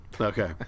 Okay